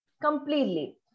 completely